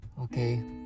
Okay